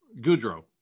Goudreau